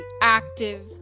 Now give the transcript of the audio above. active